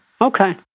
okay